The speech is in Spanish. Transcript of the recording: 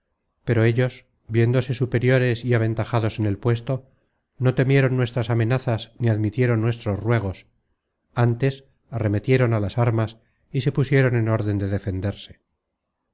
pero ellos viéndose superiores y aventajados en el puesto no temieron nuestras amenazas ni admitieron nuestros ruegos ántes arremetieron á las armas y se pusieron en orden de defenderse